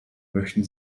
möchten